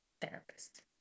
therapist